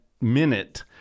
minute